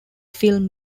film